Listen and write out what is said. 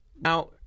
Now